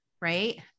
right